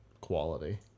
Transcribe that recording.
quality